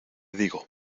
digo